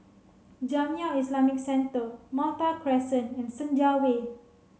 Jamiyah Islamic Centre Malta Crescent and Senja Way